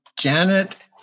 Janet